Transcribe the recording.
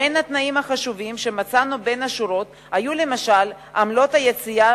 בין התנאים החשובים שמצאנו בין השורות היו למשל עמלות היציאה,